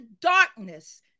darkness